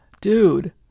dude